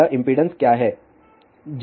यह इम्पीडेन्स क्या है